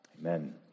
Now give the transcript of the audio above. Amen